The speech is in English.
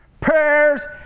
prayers